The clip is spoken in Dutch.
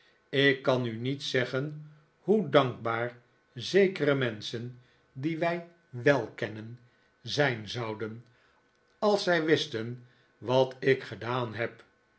ik kan u niet zeggen hoe dankbaar zekere menschen die wij wel kennen zijn zouden als zij wisten wat ik gedaan heb